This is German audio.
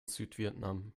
südvietnam